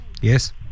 yes